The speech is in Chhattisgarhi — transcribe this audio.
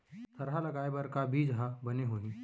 थरहा लगाए बर का बीज हा बने होही?